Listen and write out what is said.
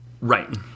Right